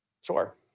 Sure